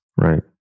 right